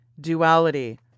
duality